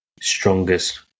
strongest